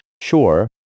Sure